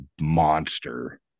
monster